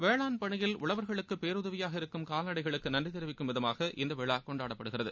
வேளாண் பணியில் உழவர்களுக்கு பேறுதவியாக இருக்கும் கால்நடைகளுக்கு நன்றி தெரிவிக்கும் விதமாக இந்த விழா கொண்டாடப்படுகிறது